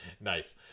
Nice